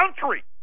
country